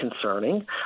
concerning